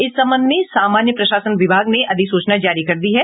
इस संबध में सामान्य प्रशासन विभाग ने अधिसूचना जारी कर दी है